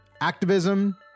activism